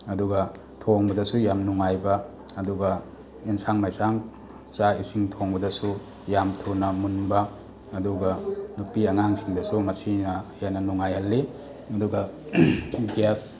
ꯑꯗꯨꯒ ꯊꯣꯡꯕꯗꯁꯨ ꯌꯥꯝ ꯅꯨꯡꯉꯥꯏꯕ ꯑꯗꯨꯒ ꯑꯦꯟꯁꯥꯡ ꯃꯩꯁꯥꯡ ꯆꯥꯛ ꯏꯁꯤꯡ ꯊꯣꯡꯕꯗꯁꯨ ꯌꯥꯝ ꯊꯨꯅ ꯃꯨꯟꯕ ꯑꯗꯨꯒ ꯅꯨꯄꯤ ꯑꯉꯥꯡꯁꯤꯡꯗꯁꯨ ꯃꯁꯤꯅ ꯍꯦꯟꯅ ꯅꯨꯡꯉꯥꯏꯍꯜꯂꯤ ꯑꯗꯨꯒ ꯒ꯭ꯌꯥꯁ